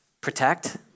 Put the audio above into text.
protect